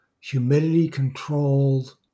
humidity-controlled